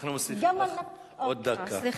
אנחנו מוסיפים לך עוד דקה.